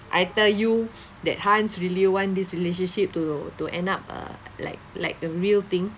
I tell you that Hans really want this relationship to to end up uh like like a real thing